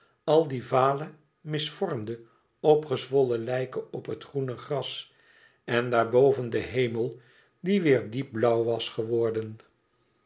al die vale misvormde opgezwollen lijken op het groene gras en daarboven de hemel die weêr diep blauw was geworden